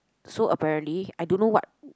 so apparently I don't know what